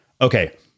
Okay